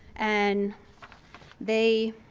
and they